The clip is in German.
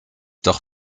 doch